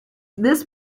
this